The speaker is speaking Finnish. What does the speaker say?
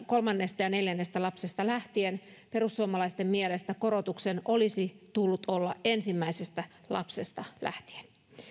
kolmannesta ja neljännestä lapsesta lähtien perussuomalaisten mielestä korotuksen olisi tullut olla ensimmäisestä lapsesta lähtien